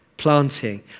planting